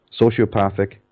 sociopathic